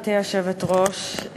גברתי היושבת-ראש,